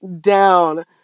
down